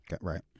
Right